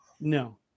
no